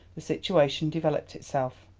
the situation developed itself.